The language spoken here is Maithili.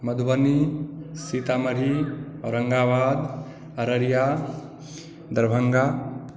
मधुबनी सीतामढ़ी औरङ्गाबाद अररिया दरभङ्गा